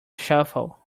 shuffle